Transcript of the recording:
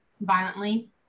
violently